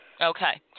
Okay